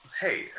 Hey